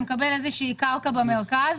אז אתה מקבל קרקע במרכז.